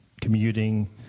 commuting